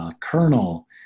kernel